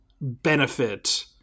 benefit